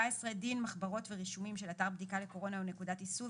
17. דין מחברות ורישומים של אתר בדיקה לקורונה או נקודת איסוף